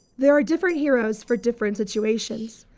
there are different heroes for different situations.